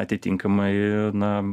atitinkamai na